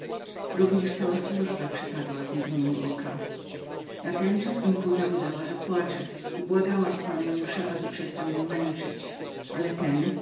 również cała służba przepadła w mgnieniu oka natenczas empuza udała że płacze i błagała apolloniusa aby przestał ją męczyć ale